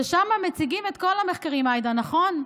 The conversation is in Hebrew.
ששם מציגים את כל המחקרים, עאידה, נכון?